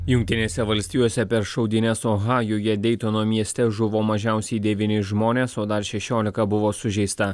jungtinėse valstijose per šaudynes ohajuje deitono mieste žuvo mažiausiai devyni žmonės o dar šešiolika buvo sužeista